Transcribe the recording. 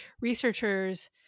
researchers